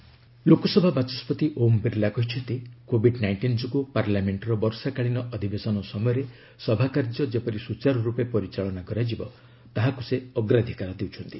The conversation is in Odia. ଏଲ୍ଏସ୍ ସ୍ୱିକର ଲୋକସଭା ବାଚସ୍କତି ଓମ୍ ବିର୍ଲା କହିଛନ୍ତି କୋଭିଡ ନାଇଷ୍ଟିନ୍ ଯୋଗୁଁ ପାର୍ଲାମେଣ୍ଟର ବର୍ଷାକାଳୀନ ଅଧିବେଶନ ସମୟରେ ସଭାକାର୍ଯ୍ୟ ଯେପରି ସୁଚାରୁରୂପେ ପରିଚାଳନା କରାଯିବ ତାହାକୁ ସେ ଅଗ୍ରାଧିକାର ଦେଉଛନ୍ତି